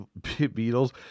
Beatles